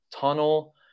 tunnel